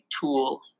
tool